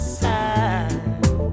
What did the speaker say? side